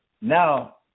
now